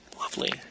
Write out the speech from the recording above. lovely